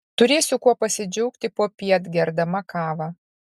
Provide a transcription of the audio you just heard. turėsiu kuo pasidžiaugti popiet gerdama kavą